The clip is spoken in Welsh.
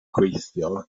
gweithio